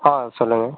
ஆ சொல்லுங்கள்